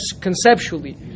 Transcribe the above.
conceptually